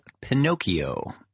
Pinocchio